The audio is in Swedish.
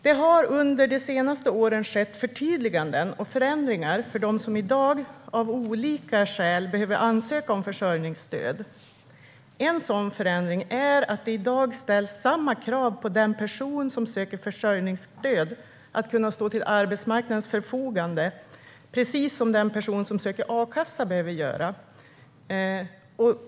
Det har under de senaste åren skett förtydliganden och förändringar för dem som, av olika skäl, behöver ansöka om försörjningsstöd i dag. En sådan förändring är att det i dag ställs samma krav på den person som söker försörjningsstöd när det gäller att kunna stå till arbetsmarknadens förfogande som det gör på den person som söker a-kassa.